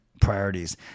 priorities